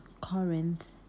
Corinth